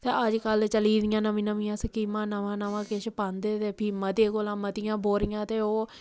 ते अजजकल चली दियां नमीं नमीं स्कीमां ते नमां नमां किश पांदे फ्ही मते कोला मतियां बोरियां ते ओह्